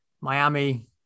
Miami